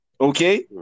okay